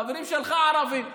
החברים שלך ערבים.